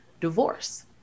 divorce